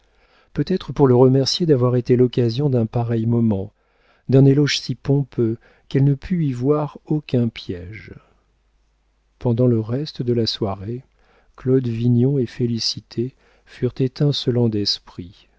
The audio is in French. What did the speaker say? peut-être pour le remercier d'avoir été l'occasion d'un pareil moment d'un éloge si pompeux qu'elle ne put y voir aucun piége pendant le reste de la soirée claude vignon et félicité furent étincelants d'esprit